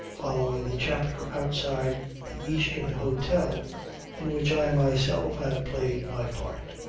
following the chapter outside the eastern hotel in which i myself had played my part.